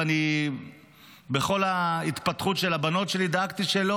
ואני בכל ההתפתחות של הבנות שלי דאגתי שלא